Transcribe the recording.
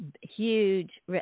huge